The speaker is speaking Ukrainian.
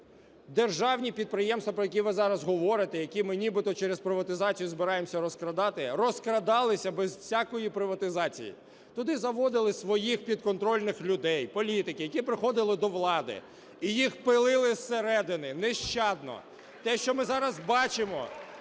державні підприємства, про які ви зараз говорите, які ми нібито через приватизацію збираємося розкрадати, розкрадалися без всякої приватизації. Туди заводили своїх підконтрольних людей, політиків, які приходили до влади, і їх пилили зсередини нещадно. Те, що ми зараз бачимо,